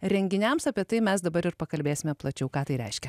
renginiams apie tai mes dabar ir pakalbėsime plačiau ką tai reiškia